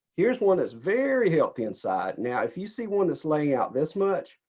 here's one that's very healthy inside. now, if you see one this laying out this much,